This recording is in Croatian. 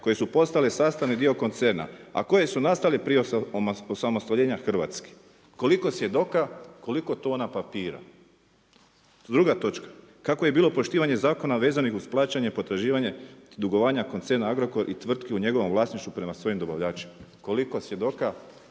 koje su postale sastavni dio koncerna a koje su nastale prije osamostaljenja Hrvatske. Koliko svjedoka, koliko tona papira. Druga točka, kako je bilo poštivanje zakona vezanih u plaćanje potraživanje dugovanja koncerna Agrokor i tvrtki u njegovom vlasništvu prema svojim dobavljačima, koliko svjedoka,